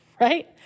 right